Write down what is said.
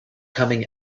coming